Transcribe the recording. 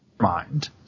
mind